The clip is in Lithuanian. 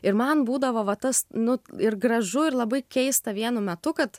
ir man būdavo va tas nu ir gražu ir labai keista vienu metu kad